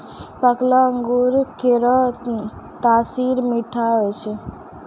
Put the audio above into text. पकलो अंगूर केरो तासीर मीठा होय छै